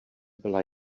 byla